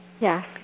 Yes